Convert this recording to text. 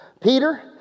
Peter